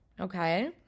okay